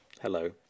Hello